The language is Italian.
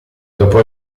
dopo